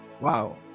Wow